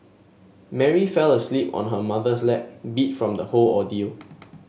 Mary fell asleep on her mother's lap beat from the whole ordeal